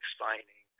signing